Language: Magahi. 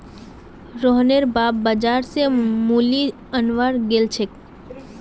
रोहनेर बाप बाजार स मूली अनवार गेल छेक